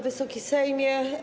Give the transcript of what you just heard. Wysoki Sejmie!